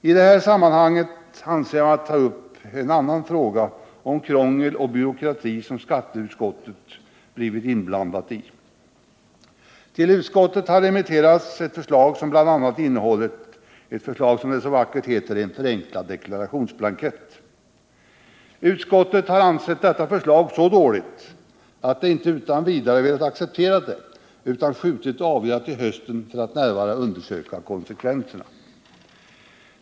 I detta sammanhang anser jag mig behöva ta upp en annan fråga som gäller krångel och byråkrati och som skatteutskottet blivit inblandat i. Till utskottet har remitterats ett förslag till, som det så vackert heter, en förenklad deklarationsblankett. Utskottet har ansett detta förslag så dåligt att det inte utan vidare velat acceptera det, utan skjutit avgörandet till hösten för att närmare undersöka konsekvenserna.